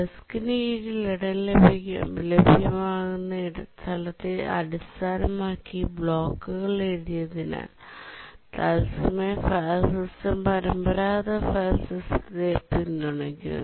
ഡെസ്കിന് കീഴിൽ ഇടം ലഭ്യമാകുന്ന സ്ഥലത്തെ അടിസ്ഥാനമാക്കി ബ്ലോക്കുകൾ എഴുതിയതിനാൽ തത്സമയ ഫയൽ സിസ്റ്റം പരമ്പരാഗത ഫയൽ സിസ്റ്റത്തെ പിന്തുണയ്ക്കുന്നു